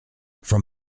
from